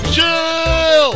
Chill